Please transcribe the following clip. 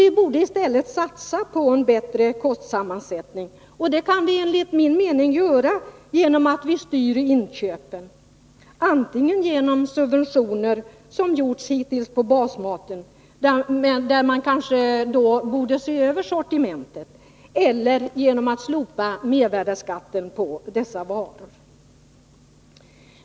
Vi borde i stället satsa på en bättre kostsammansättning, och det kan vi enligt min mening göra genom att styra inköpen. Det kan ske antingen genom subventioner på basmaten som hittills — där sortimentet kanske borde ses över — eller genom att man slopar mervärdeskatten på dessa varor.